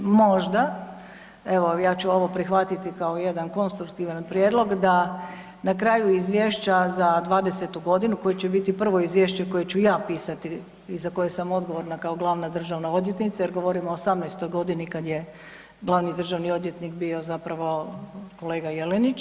Možda evo ja ću ovo prihvatiti kao jedan konstruktivan prijedlog da na kraju izvješća za '20.g. koje će biti prvo izvješće koje ću ja pisati i za koje sam odgovorna kao glavna državna odvjetnica jer govorimo o '18.g. kad je glavni državni odvjetnik bio zapravo kolega Jelenić.